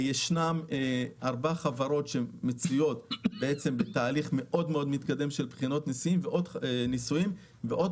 יש ארבע חברות שמציעות תהליך מתקדם מאוד של בחינות ניסויים ועוד